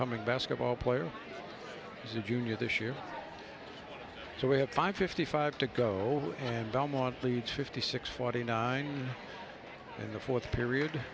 coming basketball player is a junior this year so we have five fifty five to go and belmont leads fifty six forty nine in the fourth period